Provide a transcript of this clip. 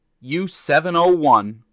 U-701